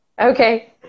Okay